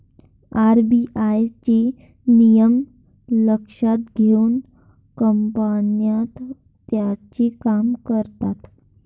RBI चे नियम लक्षात घेऊन कंपन्या त्यांचे काम करतात